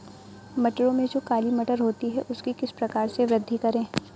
मटरों में जो काली मटर होती है उसकी किस प्रकार से वृद्धि करें?